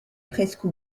presque